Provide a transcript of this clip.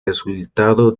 resultado